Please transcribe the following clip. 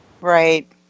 Right